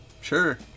sure